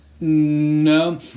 no